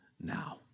now